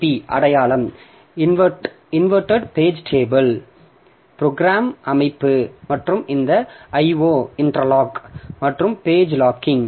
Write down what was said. B அடையலாம் inverted page table program அமைப்பு மற்றும் இந்த IO இன்டர்லாக் மற்றும் பேஜ் லாக்கிங்